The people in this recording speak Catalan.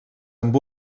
amb